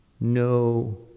no